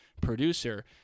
producer